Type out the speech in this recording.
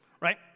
Right